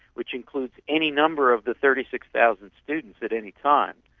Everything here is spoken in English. which includes any number of the thirty six thousand students at any time,